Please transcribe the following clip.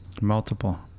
multiple